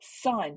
son